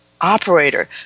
operator